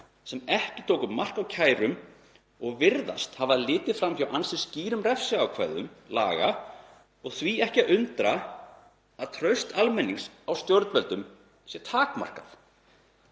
sem ekki tóku mark á kærum og virðast hafa litið fram hjá ansi skýrum refsiákvæðum laga. Því er ekki að undra að traust almennings á stjórnvöldum sé takmarkað.